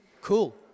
Cool